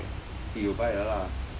自己有 bike 的啦